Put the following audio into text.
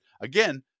Again